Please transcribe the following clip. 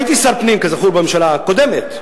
הייתי שר הפנים, כזכור, בממשלה קודמת.